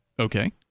Okay